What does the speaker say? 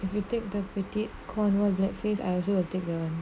if you take the boutique cornwall black face I also will take that one